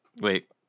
wait